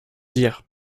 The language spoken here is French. dire